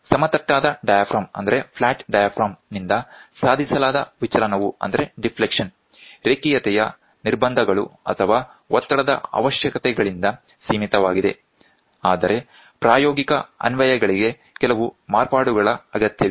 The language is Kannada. ಸಮತಟ್ಟಾದ ಡಯಾಫ್ರಾಮ್ನಿಂದ ಸಾಧಿಸಲಾದ ವಿಚಲನವು ರೇಖೀಯತೆಯ ನಿರ್ಬಂಧಗಳು ಅಥವಾ ಒತ್ತಡದ ಅವಶ್ಯಕತೆಗಳಿಂದ ಸೀಮಿತವಾಗಿದೆ ಆದರೆ ಪ್ರಾಯೋಗಿಕ ಅನ್ವಯಗಳಿಗೆ ಕೆಲವು ಮಾರ್ಪಾಡುಗಳ ಅಗತ್ಯವಿದೆ